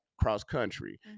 Cross-country